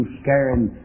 scaring